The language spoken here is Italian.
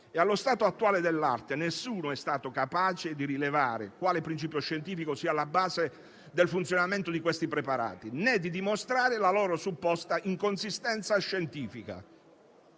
e allo stato dell'arte, nessuno è stato capace di rilevare quale principio scientifico sia alla base del funzionamento di questi preparati, né di dimostrare la loro supposta inconsistenza scientifica.